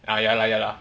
ah ya lah ya lah